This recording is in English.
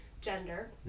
gender